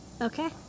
Okay